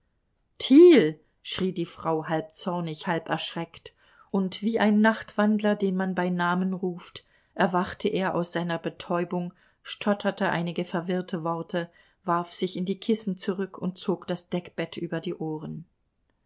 schrie die frau halb zornig halb erschreckt und wie ein nachtwandler den man bei namen ruft erwachte er aus seiner betäubung stotterte einige verwirrte worte warf sich in die kissen zurück und zog das deckbett über die ohren